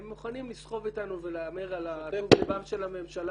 הם מוכנים לסחוב איתנו ולהמר על טוב לבם של הממשלה